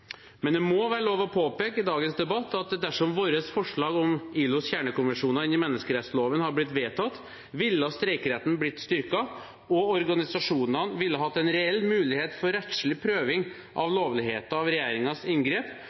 må være lov å påpeke i dagens debatt at dersom vårt forslag om ILOs kjernekonvensjoner inn i menneskerettsloven hadde blitt vedtatt, ville streikeretten blitt styrket, og organisasjonene ville hatt en reell mulighet for rettslig prøving av lovligheten av regjeringens inngrep,